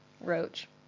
Roach